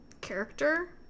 character